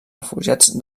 refugiats